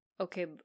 okay